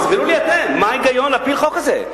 תסבירו לי אתם מה ההיגיון להפיל חוק כזה.